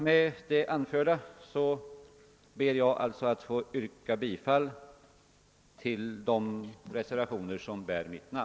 Med det anförda ber jag att få yrka bifall till de reservationer som bär mitt namn.